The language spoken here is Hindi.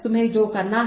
तुम्हे जो करना है